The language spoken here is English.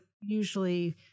usually